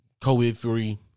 COVID-free